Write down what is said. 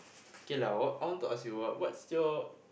okay lah what I want to ask you what what's your